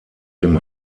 dem